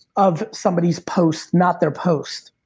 of somebody's posts, not their post.